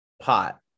pot